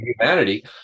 humanity